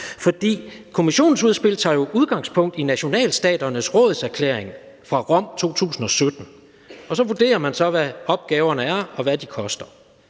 For Kommissionens udspil tager jo udgangspunkt i nationalstaternes rådserklæring fra Rom 2017, og så vurderer man, hvad opgaverne er, og hvad de koster,